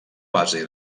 base